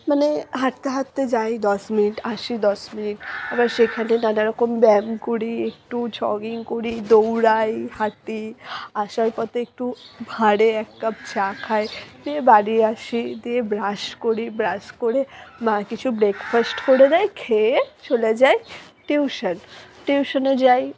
মানে হাঁটতে হাঁটতে যাই দশ মিনিট আসি দশ মিনিট আবার সেখানে নানারকম ব্যায়াম করি একটু জগিং করি দৌড়াই হাঁটি আসার পথে একটু ভাঁড়ে এক কাপ চা খাই দিয়ে বাড়ি আসি দিয়ে ব্রাশ করি ব্রাশ করে মা কিছু ব্রেকফাস্ট করে দেয় খেয়ে চলে যাই টিউশান টিউশানে যাই